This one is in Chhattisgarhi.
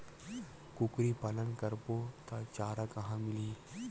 कुकरी पालन करबो त चारा कहां मिलही?